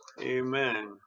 Amen